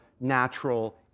natural